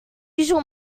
usual